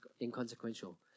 inconsequential